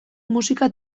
musika